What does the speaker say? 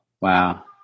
Wow